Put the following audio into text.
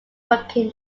working